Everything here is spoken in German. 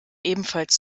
ebenfalls